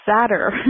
sadder